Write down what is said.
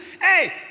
hey